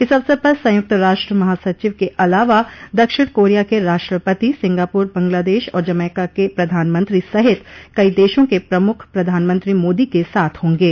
इस अवसर पर संयुक्त राष्ट्र महासचिव के अलावा दक्षिण कोरिया के राष्ट्रपति सिंगापुर बंगलादेश और जमैका के प्रधानमंत्री सहित कई देशों के प्रमुख प्रधानमंत्री मोदी के साथ होंगे